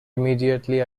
immediately